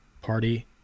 Party